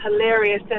hilarious